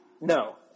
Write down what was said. No